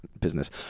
business